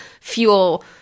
fuel